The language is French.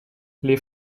les